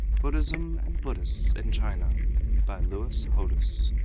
buddhism and buddhists in china by lewis hodous,